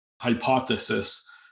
hypothesis